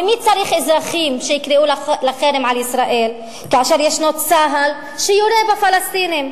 ומי צריך אזרחים שיקראו לחרם על ישראל כאשר ישנו צה"ל שיורה בפלסטינים,